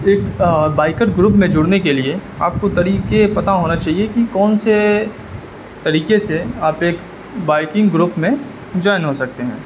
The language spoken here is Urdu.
ایک بائیکر گروپ میں جڑنے کے لیے آپ کو طریقے پتہ ہونا چاہیے کہ کون سے طریقے سے آپ ایک بائیکنگ کروپ میں جوائن ہو سکتے ہیں